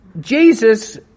Jesus